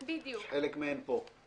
שחלק מהן פה.